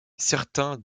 certains